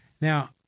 Now